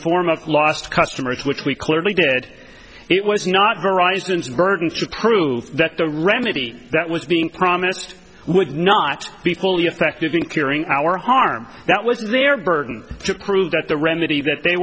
form of lost customers which we clearly did it was not derived burden to prove that the remedy that was being promised would not be fully effective in curing our harm that was their burden to prove that the remedy that they